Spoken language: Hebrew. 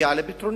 הגיעה לפתרונה.